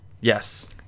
Yes